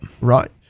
Right